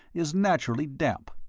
is naturally damp.